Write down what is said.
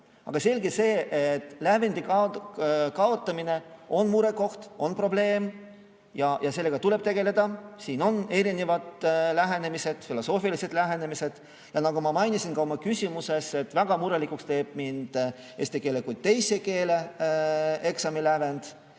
Aga selge see, et lävendi kaotamine on murekoht, see on probleem ja sellega tuleb tegeleda. Siin on erinevad lähenemised, filosoofilised lähenemised. Nagu ma mainisin ka oma küsimuses, väga murelikuks teeb mind eesti keele kui teise keele eksami lävend.